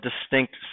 distinct